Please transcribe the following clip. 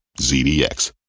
ZDX